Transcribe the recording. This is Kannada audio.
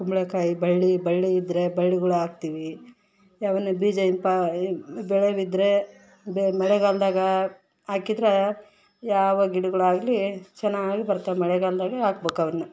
ಕುಂಬಳಕಾಯಿ ಬಳ್ಳಿ ಬಳ್ಳಿ ಇದ್ರೆ ಬಳ್ಳಿಗಳ್ ಹಾಕ್ತಿವಿ ಯಾವನ್ನ ಬೀಜ ಇಂಪಾ ಬೆಳೆಯೋವ್ ಇದ್ರೆ ಬೆ ಮಳೆಗಾಲ್ದಗೆ ಹಾಕಿದ್ರ ಯಾವ ಗಿಡಗಳ್ ಆಗಲಿ ಚೆನ್ನಾಗಿ ಬರ್ತವೆ ಮಳೆಗಾಲ್ದಗೆ ಹಾಕ್ಬಕು ಅವನ್ನು